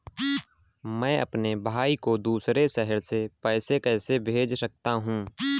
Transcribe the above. मैं अपने भाई को दूसरे शहर से पैसे कैसे भेज सकता हूँ?